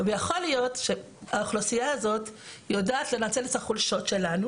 ויכול להיות שהאוכלוסייה הזאת יודעת לנצל את החולשות שלנו